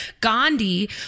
Gandhi